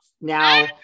now